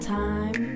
time